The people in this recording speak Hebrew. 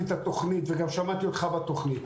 את התכנית וגם שמעתי אותך בתכנית.